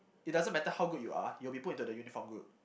it doesn't matter how good you are you will be put into the uniform group